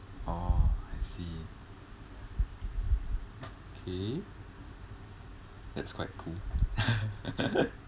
orh I see okay that's quite cool